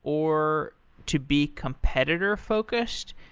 or to be competitor focused.